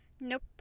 Nope